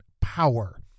power